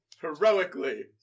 Heroically